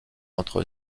entre